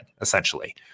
essentially